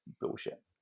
bullshit